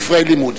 ספרי לימוד.